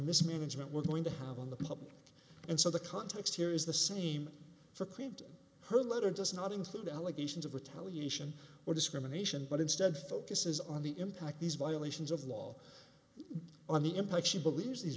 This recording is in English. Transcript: mismanagement were going to have on the public and so the context here is the same for clinton her letter does not include allegations of retaliation or discrimination but instead focuses on the impact these violations of law on the impact she believes these